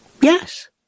Yes